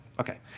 Okay